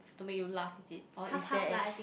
to make you laugh is it or is there